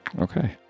Okay